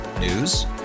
News